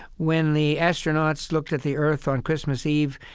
when the astronauts looked at the earth on christmas eve,